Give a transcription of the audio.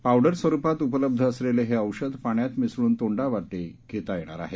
powder स्वरूपात उपलब्ध असलेलं हे औषध पाण्यात मिसळून तोंडावाटे घेता येणार आहे